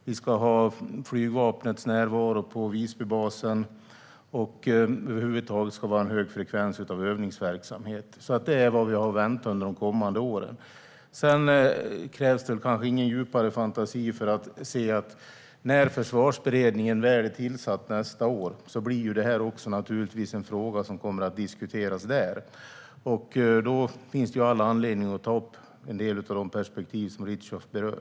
Vi ska ha flygvapnets närvaro på Visbybasen och ha en hög frekvens av övningsverksamhet över huvud taget. Det är vad vi har att vänta under de kommande åren. Sedan krävs det kanske ingen djupare fantasi för att se att när Försvarsberedningen väl är tillsatt nästa år blir detta en fråga som kommer att diskuteras där. Då finns all anledning att ta upp en del av de perspektiv som Richtoff berör.